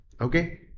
Okay